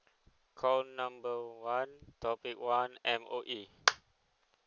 call number one topic one M_O_E